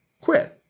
quit